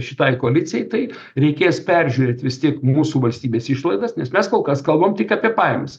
šitai koalicijai tai reikės peržiūrėt vis tiek mūsų valstybės išlaidas nes mes kol kas kalbam tik apie pajamas